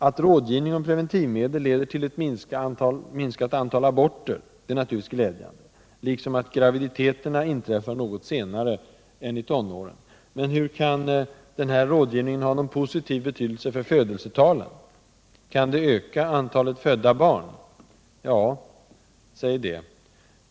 Att rådgivning om preventivmedel leder till minskat antal aborter är givetvis glädjande, liksom att graviditeterna inträffar något senare än i tonåren. Men hur kan denna rådgivning ha någon positiv betydelse för födelsetalen? Kan den öka antalet födda barn? Ja, säg det.